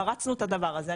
פרצנו את הדבר הזה,